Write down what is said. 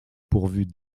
pourvue